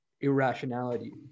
irrationality